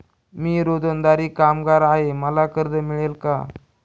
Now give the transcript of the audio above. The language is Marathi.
मी रोजंदारी कामगार आहे मला कर्ज मिळेल का?